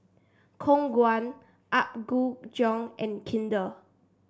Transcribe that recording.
Khong Guan Apgujeong and Kinder